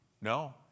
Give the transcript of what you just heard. No